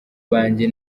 banjye